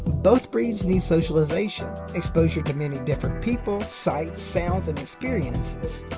both breeds need socialization exposure to many different people, sights, sounds, and experiences